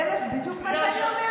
זה בדיוק מה שאני אומרת.